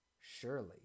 Surely